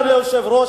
אדוני היושב-ראש,